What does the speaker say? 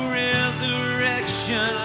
resurrection